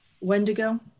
Wendigo